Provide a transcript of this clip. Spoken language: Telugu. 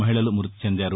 మహిళలు మ్పతి చెందారు